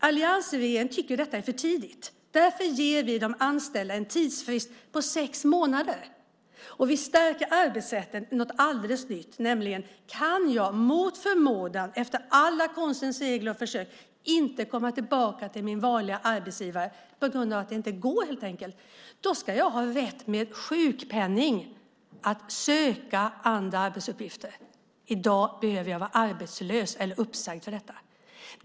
Alliansregeringen tycker att detta är för tidigt. Därför ger vi de anställda en tidsfrist på sex månader. Vi stärker arbetsrätten med något alldeles nytt, nämligen att om man mot förmodan, efter alla konstens regler och försök, inte kan komma tillbaka till sin vanliga arbetsgivare på grund av det helt enkelt inte går ska man ha rätt till att med sjukpenning söka andra arbetsuppgifter. I dag behöver man vara arbetslös eller uppsagd för detta.